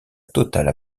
totale